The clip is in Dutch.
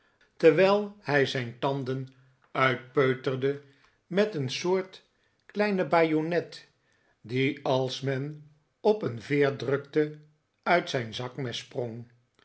terwijl hij zijn tanden uitpeuterde met een soort kleine bajonet die als men op een veer drukte uit zijn zakmes sprong